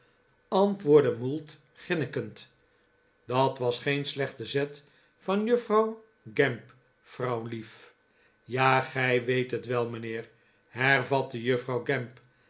antwoordde mould grinnikend dat was geen slechte zet van juffrouw gamp vrouwliefl ja r gij weet het wel mijnheer hervatte juffrouw gamp